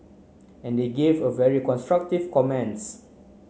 and they gave a very constructive comments